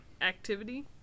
activity